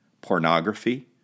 pornography